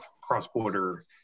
cross-border